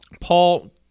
Paul